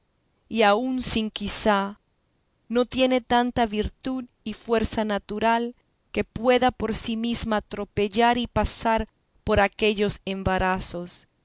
y aun sin quizá no tiene tanta virtud y fuerza natural que pueda por sí mesma atropellar y pasar por aquellos embarazos